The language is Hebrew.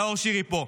נאור שירי פה.